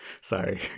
Sorry